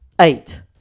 Eight